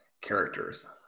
characters